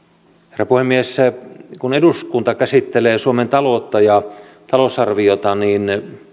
herra puhemies kun eduskunta käsittelee suomen ta loutta ja talousarviota niin